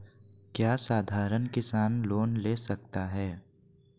क्या साधरण किसान लोन ले सकता है?